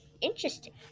interesting